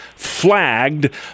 flagged